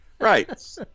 Right